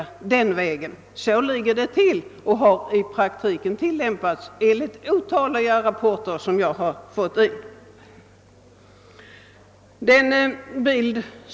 Det förfaringssättet har tillämpats i många fall enligt de rapporter jag fått i min hand.